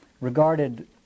regarded